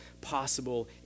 possible